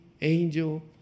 Angel